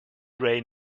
ray